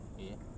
okay